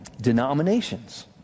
Denominations